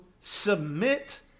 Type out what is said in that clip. submit